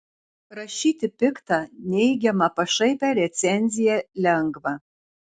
rašyti piktą neigiamą pašaipią recenziją lengva